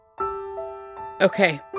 Okay